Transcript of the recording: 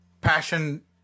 passion